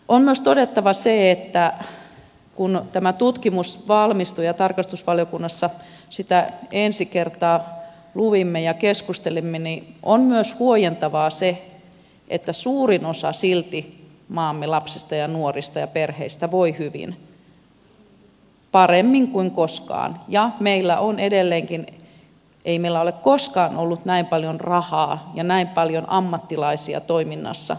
on myös todettava se että kun tämä tutkimus valmistui ja tarkastusvaliokunnassa sitä ensi kertaa luimme ja keskustelimme siitä niin oli myös huojentavaa se että silti suurin osa maamme lapsista ja nuorista ja perheistä voi hyvin paremmin kuin koskaan ja meillä ei ole koskaan ollut näin paljon rahaa ja näin paljon ammattilaisia toiminnassa